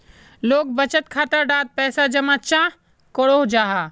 लोग बचत खाता डात पैसा जमा चाँ करो जाहा?